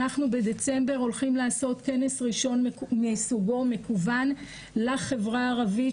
אנחנו בדצמבר הולכים לעשות כנס ראשון מסוגו מקוון לחברה הערבית,